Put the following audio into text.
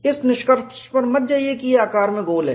इस निष्कर्ष पर मत जाइए कि यह आकार में गोल है